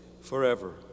forever